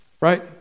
Right